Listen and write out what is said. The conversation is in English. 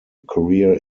career